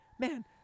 man